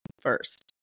first